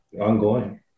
ongoing